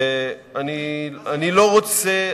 אני לא רוצה,